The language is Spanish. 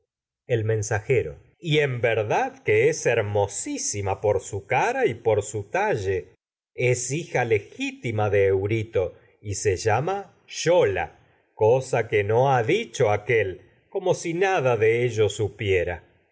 el y en verdad que es hermosísima y por su cara y por se su talle es hija legitima de eurito llama ello yola cosa que no ha dicho aquél como si nada de supiera